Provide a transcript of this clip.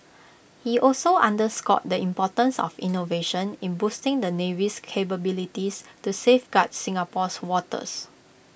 he also underscored the importance of innovation in boosting the navy's capabilities to safeguard Singapore's waters